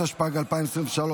התשפ"ג 2023,